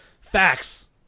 facts